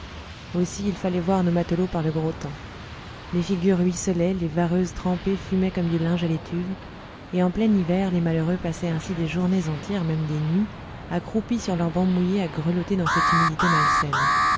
aussi il fallait voir nos matelots par le gros temps les figures ruisselaient les vareuses trempées fumaient comme du linge à l'étuve et en plein hiver les malheureux passaient ainsi des journées entières même des nuits accroupis sur leurs bancs mouillés à grelotter dans cette humidité malsaine